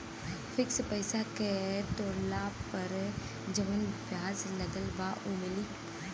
Fix पैसा के तोड़ला पर जवन ब्याज लगल बा उ मिली?